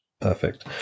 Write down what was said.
Perfect